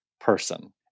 person